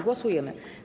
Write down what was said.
Głosujemy.